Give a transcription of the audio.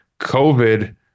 COVID